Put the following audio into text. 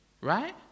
Right